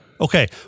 Okay